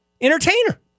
entertainer